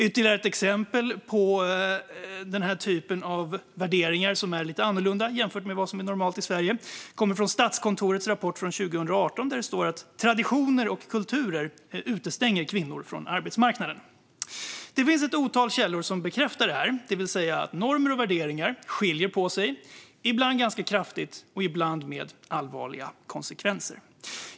Ytterligare ett exempel på värderingar som är lite annorlunda jämfört med vad som är normalt i Sverige finns i Statskontorets rapport från 2018, där det talas om "traditioner och kulturer som utestänger kvinnor från arbetskraften". Det finns ett otal källor som bekräftar detta, det vill säga att normer och värderingar skiljer sig åt, ibland ganska kraftigt och ibland med allvarliga konsekvenser.